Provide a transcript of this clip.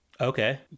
Okay